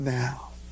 now